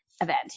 event